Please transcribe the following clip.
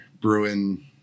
Bruin